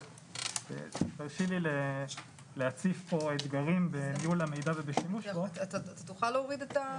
הרשי לי להציף פה אתגרים בניהול המידע ובשימוש בו מתוך אתגרים